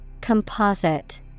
Composite